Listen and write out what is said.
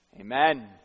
Amen